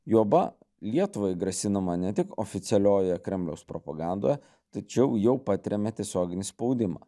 juoba lietuvai grasinama ne tik oficialiojoje kremliaus propagandoje tačiau jau patiriame tiesioginį spaudimą